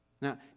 Now